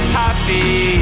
happy